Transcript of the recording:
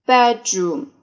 Bedroom